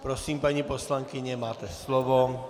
Prosím, paní poslankyně, máte slovo.